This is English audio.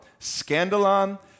Scandalon